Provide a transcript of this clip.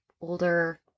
older